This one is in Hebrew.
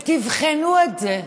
ותבחנו את זה.